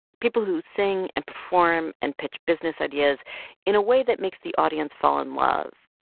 people who sing and perform and pitch business ideas in a way that makes the audience fall in love.